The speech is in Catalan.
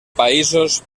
països